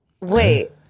Wait